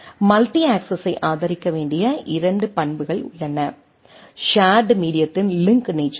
multi அக்சஸ்ஸை ஆதரிக்க வேண்டிய இரண்டு பண்புகள் உள்ளன ஷேர்டு மீடியத்தின் லிங்க் நேச்சர் ஆகும்